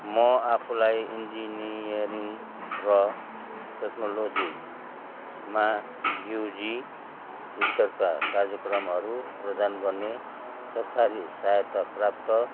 म आफूलाई इन्जिनियरिङ र टेक्नोलोजीमा युजी स्तरका कार्यक्रमहरू प्रदान गर्ने सरकारी सहायताप्राप्त